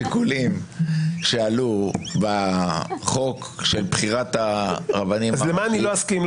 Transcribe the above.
השיקולים שעלו בחוק של בחירת הרבנים הראשיים --- למה אני לא אסכים?